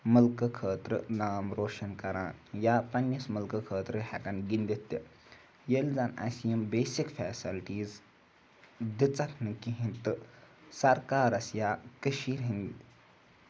مٕلکہٕ خٲطرٕ نام روشَن کَران یا پنٛنِس مٕلکہٕ خٲطرٕ ہٮ۪کَان گِنٛدِتھ تہِ ییٚلہِ زَن اَسہِ یِم بیسِک فیسَلٹیٖز دِژَکھ نہٕ کِہیٖنۍ تہٕ سَرکارَس یا کٔشیٖرِ ہِنٛدۍ